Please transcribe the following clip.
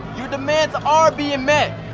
your demands are being met.